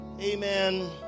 amen